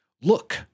Look